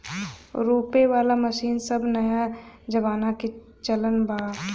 रोपे वाला मशीन सब नया जमाना के चलन बा